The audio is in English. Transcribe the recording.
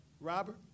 Robert